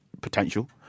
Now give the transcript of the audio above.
potential